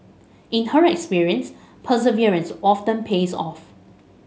in her experience perseverance often pays off